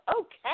Okay